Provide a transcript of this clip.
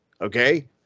okay